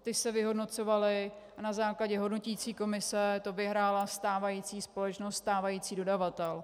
Ty se vyhodnocovaly a na základě hodnoticí komise to vyhrála stávající společnost, stávající dodavatel.